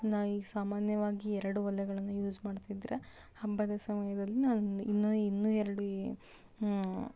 ನಾನು ಈ ಸಾಮಾನ್ಯವಾಗಿ ಎರಡು ಒಲೆಗಳನ್ನು ಯೂಸ್ ಮಾಡ್ತಿದ್ದರೆ ಹಬ್ಬದ ಸಮಯದಲ್ಲಿ ನಾನು ಇನ್ನೂ ಇನ್ನೂ ಎರಡು